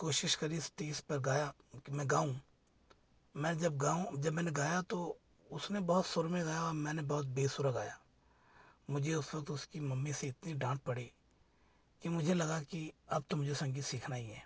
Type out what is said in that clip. कोशिश करी स्टेज पर गाया कि मैं गाऊँ मैं जब गाऊँ जब मैंने गाया तो उसने बहुत सुर में गाया मैंने बहुत बेसुरा गाया मुझे उस वक़्त उसकी मम्मी से इतनी डांट पड़ी कि मुझे लगा की अब तो मुझे संगीत सीखना ही है